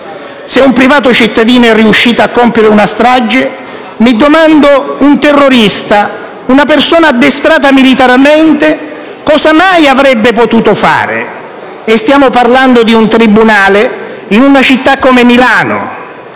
Se un privato cittadino è riuscito a compiere una strage, mi domando un terrorista, una persona addestrata militarmente cosa mai avrebbe potuto fare. E stiamo parlando di un tribunale in una città come Milano.